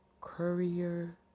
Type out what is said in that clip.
Courier